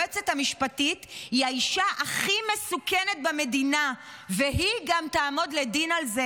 היועצת המשפטית היא האישה הכי מסוכנת במדינה והיא גם תעמוד לדין על זה,